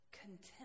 contempt